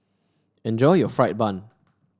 enjoy your fried bun